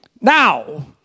Now